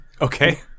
Okay